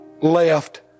left